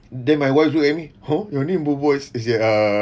then my wife look at me [ho] your name bobo is is it ah